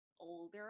older